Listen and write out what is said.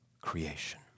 creation